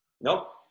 Nope